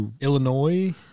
Illinois